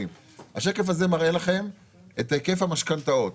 השקף הזה מראה לכם את היקף המשכנתאות.